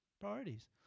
priorities